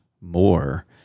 more